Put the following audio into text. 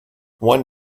one